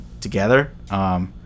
together